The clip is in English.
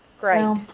Great